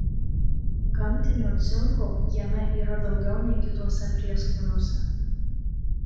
gamtinio cinko jame yra daugiau nei kituose prieskoniuose